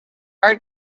art